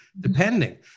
depending